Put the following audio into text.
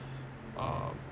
um